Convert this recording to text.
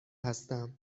هستم